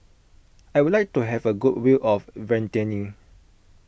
I would like to have a good view of Vientiane